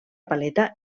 paleta